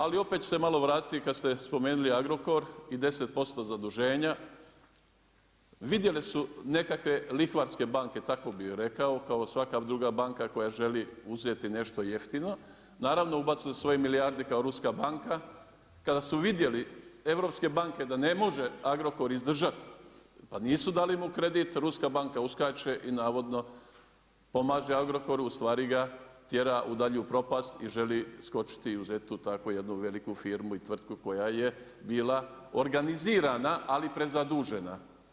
Ali opet ću se malo vratiti kada ste spomenuli Agrokor i 10% zaduženja, vidjeli su nekakve lihvarske banke, tako bi rekao, kao i svaka druga banka koja želi uzeti nešto jeftino, naravno ubacili svoje milijarde kao ruska banka, kada su vidjeli europske banke da ne može Agrokor izdržati pa nisu dali mu kredit ruska banka uskače i navodno pomaže Agrokoru, a ustvari ga tjera u daljnju propast i želi skočiti i uzeti tu takvu jednu veliku firmu i tvrtku koja je bila organizirana ali prezadužena.